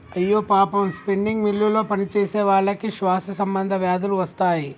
అయ్యో పాపం స్పిన్నింగ్ మిల్లులో పనిచేసేవాళ్ళకి శ్వాస సంబంధ వ్యాధులు వస్తాయి